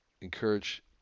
encourage